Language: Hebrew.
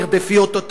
תרדפי אותו,